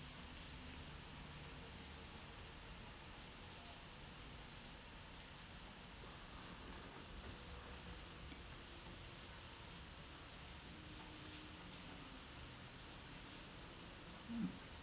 mmhmm